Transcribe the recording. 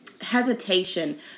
hesitation